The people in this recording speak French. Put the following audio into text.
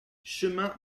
chemin